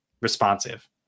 responsive